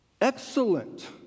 Excellent